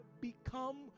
become